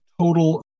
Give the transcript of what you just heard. total